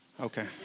Okay